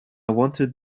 wanted